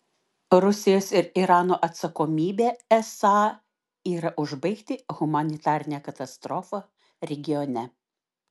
rusijos ir irano atsakomybė esą yra užbaigti humanitarinę katastrofą regione